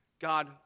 God